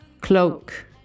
cloak